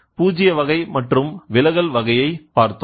எனவே பூஜ்ஜிய வகை மற்றும் விலகல் வகையை பார்த்தோம்